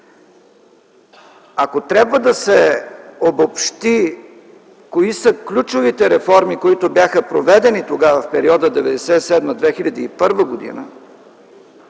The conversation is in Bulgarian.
Ако трябва да се обобщи кои са ключовите реформи, които бяха проведени тогава в периода 1997-2001 г.,